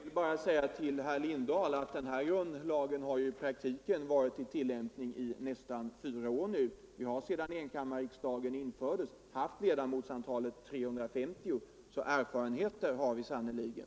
Herr talman! Jag vill bara säga till herr Lindahl i Hamburgsund att grundlagen i detta avseende har varit i tillämpning i nästan fyra år. Vi har sedan enkammarriksdagen infördes haft ledamotsantalet 350, så erfarenheter har vi sannerligen.